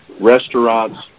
restaurants